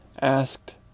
asked